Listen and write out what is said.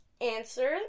Answer